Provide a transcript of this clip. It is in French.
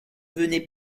venez